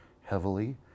heavily